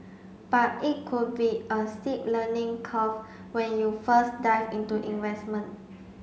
but it could be a steep learning curve when you first dive into investment